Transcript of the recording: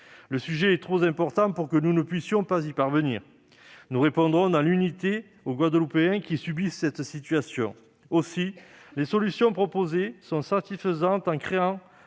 Le sujet était trop important pour que nous ne puissions pas y parvenir. Nous répondrons dans l'unité aux Guadeloupéens qui subissent cette situation. Aussi, les solutions proposées sont satisfaisantes, en permettant